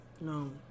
No